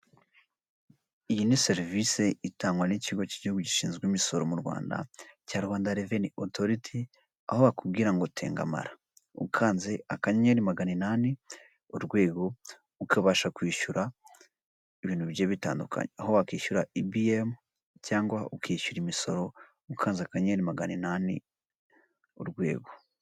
Iyi ni serivise itangwa n'ikigo cy'igihugu gishinzwe imisoro mu Rwanda cya Rwanda reveni otoriti, aho bakubwira ngo tengamara ukanze akanyenyeri magana inani urwego, ukabasha kwishyura ibintu bigiye bitandukanye, aho wakishyura ibiyemu cyangwa ukishyura imisoro ukanze akanyenyeri magana inani urwego.